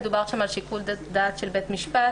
מדובר שם על שיקול דעת של בית המשפט,